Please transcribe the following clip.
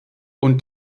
und